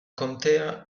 contea